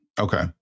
Okay